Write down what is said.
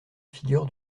figure